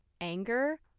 anger